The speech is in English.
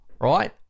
Right